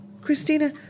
Christina